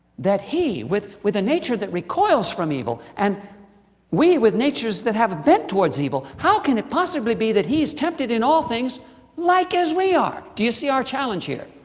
that he, with with a nature that recoils from evil, and we with natures that have a bent towards evil how can it possibly be that he is tempted in all things like as we are? do you see our challenge here.